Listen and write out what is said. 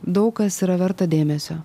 daug kas yra verta dėmesio